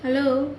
hello